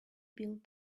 build